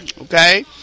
Okay